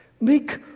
Make